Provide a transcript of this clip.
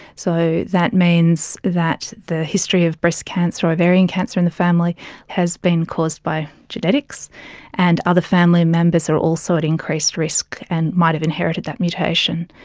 so that means that the history of breast cancer or ovarian cancer in the family has been caused by genetics and other family members are also at increased risk and might have inherited that mutation.